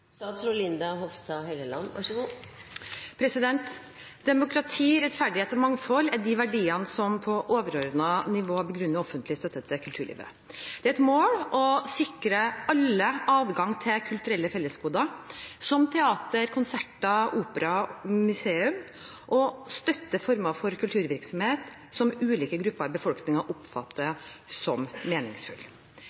Demokrati, rettferdighet og mangfold er de verdiene som på overordnet nivå begrunner offentlig støtte til kulturlivet. Det er et mål å sikre alle adgang til kulturelle fellesgoder, som teater, konserter, opera og museer, og støtte former for kulturvirksomhet som ulike grupper i befolkningen oppfatter